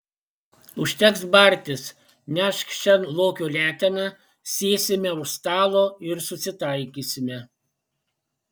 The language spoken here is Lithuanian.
užteks bartis nešk šen lokio leteną sėsime už stalo ir susitaikysime